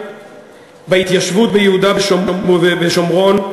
בהתיישבות ביהודה ובשומרון,